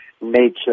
nature